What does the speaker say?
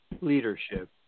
leadership